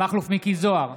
מכלוף מיקי זוהר,